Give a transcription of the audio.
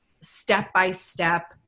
step-by-step